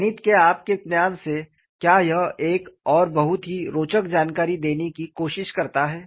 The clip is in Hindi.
गणित के आपके ज्ञान से क्या यह एक और बहुत ही रोचक जानकारी देने की कोशिश करता है